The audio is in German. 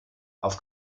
auf